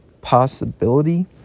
Possibility